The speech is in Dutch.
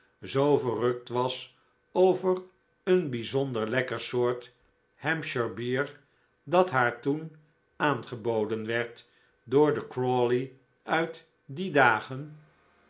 zoo verrukt was over een bijzonder lekker soort hampshire bier dat haar toen aangeboden werd door den crawley uit die dagen